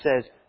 says